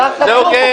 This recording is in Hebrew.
זה הוגן.